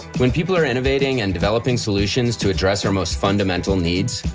when people are innovating and developing solutions to address our most fundamental needs,